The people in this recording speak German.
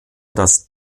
dass